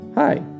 Hi